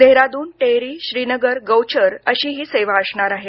देहराडून टेहरी श्रीनगर गौचर अशी ही सेवा असणार आहे